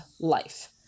life